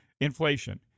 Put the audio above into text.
inflation